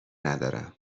ندارم